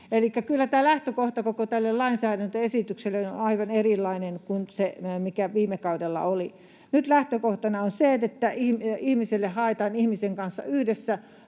lähtökohta koko tälle lainsäädäntöesitykselle on aivan erilainen kuin se, mikä viime kaudella oli. Nyt lähtökohtana on se, että ihmiselle haetaan ihmisen kanssa yhdessä